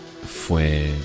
fue